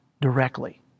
directly